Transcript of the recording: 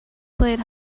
played